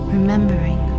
Remembering